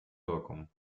wirkung